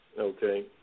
okay